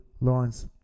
Lawrence